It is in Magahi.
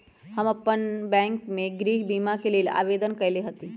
हम अप्पन बैंक में गृह बीमा के लेल आवेदन कएले हति